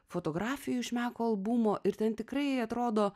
fotografijų iš meko albumo ir ten tikrai atrodo